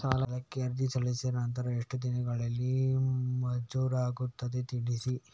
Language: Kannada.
ಸಾಲಕ್ಕೆ ಅರ್ಜಿ ಸಲ್ಲಿಸಿದ ನಂತರ ಎಷ್ಟು ದಿನಗಳಲ್ಲಿ ಮಂಜೂರಾಗುತ್ತದೆ ತಿಳಿಸಿ?